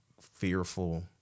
fearful